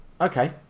Okay